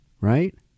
right